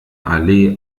allee